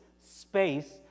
space